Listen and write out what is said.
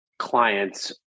clients